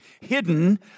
Hidden